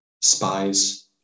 spies